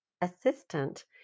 assistant